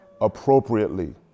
appropriately